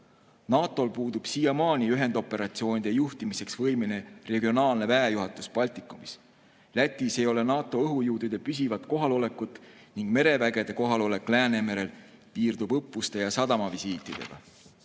NATO‑l puudub siiamaani ühendoperatsioonide juhtimiseks võimeline regionaalne väejuhatus Baltikumis. Lätis ei ole NATO õhujõudude püsivat kohalolekut ning mereväe[üksuste] kohalolek Läänemerel piirdub õppuste ja sadamavisiitidega.